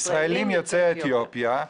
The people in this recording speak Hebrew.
ישראלים יוצאי אתיופיה.